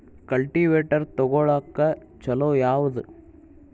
Cultivator ತೊಗೊಳಕ್ಕ ಛಲೋ ಯಾವದ?